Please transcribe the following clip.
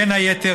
בין היתר,